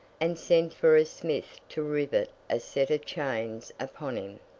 and sent for a smith to rivet a set of chains upon him.